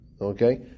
Okay